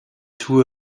two